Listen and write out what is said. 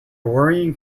worrying